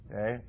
Okay